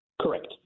Correct